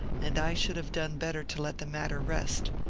and i should have done better to let the matter rest.